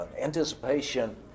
anticipation